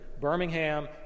Birmingham